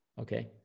okay